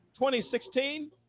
2016